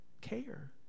care